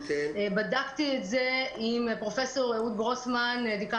בדקתי את זה עם פרופ' אהוד גרוסמן דיקן